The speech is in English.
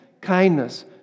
kindness